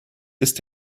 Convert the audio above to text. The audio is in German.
ist